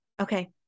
Okay